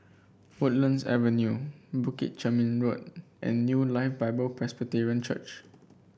Woodlands Avenue Bukit Chermin Road and New Life Bible Presbyterian Church